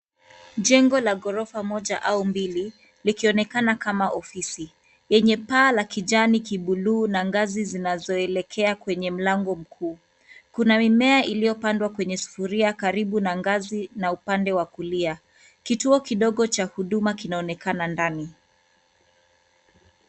Jengo la ghorofa moja au mbili likionekana kama ofisi yenye paa la kijani kibuluu na ngazi zinazoelekea kwenye mlango mkuu. Kuna mimea iliyopandwa kwenye sufuria karibu na ngazi na upande wa kulia. Kituo kidogo cha huduma kinaonekana ndani.